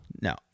No